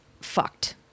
fucked